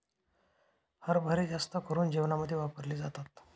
हरभरे जास्त करून जेवणामध्ये वापरले जातात